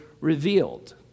revealed